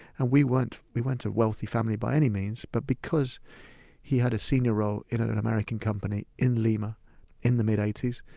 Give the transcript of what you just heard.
and we weren't we weren't a wealthy family by any means. but because he had a senior role in an an american company in lima in the mid nineteen eighty s,